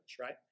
right